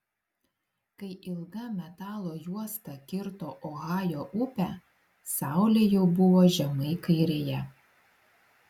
kai ilga metalo juosta kirto ohajo upę saulė jau buvo žemai kairėje